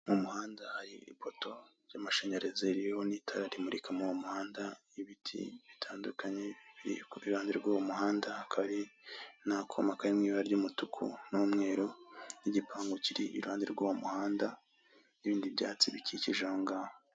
Mu muhanda hari ipoto ry'amashanyarazi ririho n'itara rimurika mu uwo muhanda, ibiti bitandukanye biri iruhande rw'uwo muhanda, hakaba hari n'akuma kari mu ibara ry'umutuku n'umweru, igipangu kiri iruhande rw'uwo muhanda n'ibindi byatsi bikikije aho ngaho.